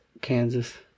Kansas